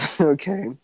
Okay